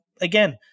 again